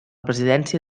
presidència